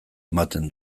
ematen